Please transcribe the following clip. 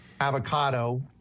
avocado